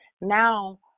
now